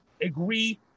agree